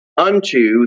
unto